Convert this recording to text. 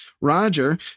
Roger